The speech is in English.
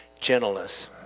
gentleness